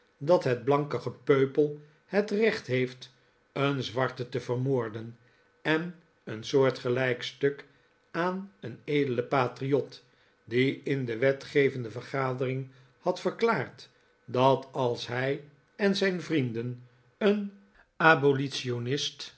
dat het blanke gepeupel het recht heeft een zwarte te vermoorden en een soortgelijk stuk aan een edelen patriot die in de wetgevende vergadering had verklaard dat als hij en zijn vrienden een abolitionist